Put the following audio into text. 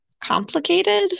complicated